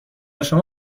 شما